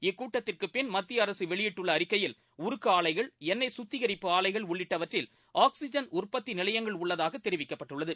இக்கூட்டத்திற்குப்பின் மத்திய அரசு வெளியிட்டுள்ள அறிக்கையில் உருக்கு ஆலைகள் எண்ணெய் சுத்திகரிப்பு ஆலைகள் உள்ளிட்டவற்றில் ஆக்ஸிஜன் உற்பத்தி நிலையங்கள் உள்ளதாக தெரிவிக்கப்பட்டுள்ளது